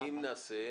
אם נעשה,